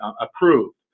approved